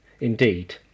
Indeed